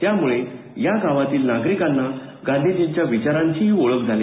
त्यामुळे या गावातील नागरिकांना गांधीजींच्या विचारांची ओळख झाली